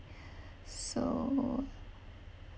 so